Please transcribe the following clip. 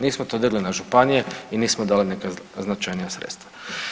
Nismo to digli na županije i nismo dali neka značajnija sredstva.